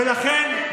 ולכן,